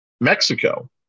Mexico